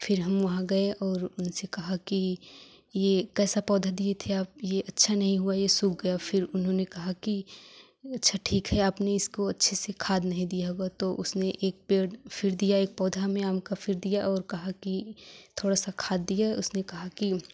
फिर हम वहाँ गए और उनसे कहा कि ये कैसा पौधा दिए थे आप ये अच्छा नहीं हुआ ये सूख गया फिर उन्होंने कहा कि अच्छा ठीक है आपने इसको अच्छे से खाद नहीं दिया होगा तो उसने एक पेड़ फिर दिया एक पौधा हमें आम का फिर दिया और कहा कि थोड़ा सा खाद दिया उसने कहा कि